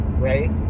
right